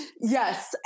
Yes